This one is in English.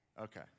Okay